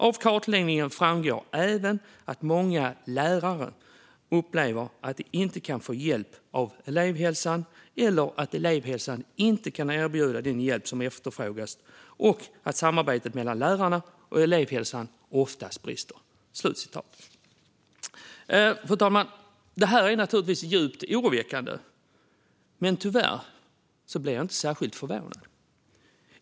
Av kartläggningen framgår även att många lärare upplever att de inte kan få hjälp av elevhälsan, eller att elevhälsan inte kan erbjuda den hjälp som efterfrågas och att samarbetet mellan lärarna och elevhälsan ofta brister." Fru talman! Det här är naturligtvis djupt oroväckande. Men tyvärr blir jag inte särskilt förvånad.